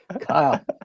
Kyle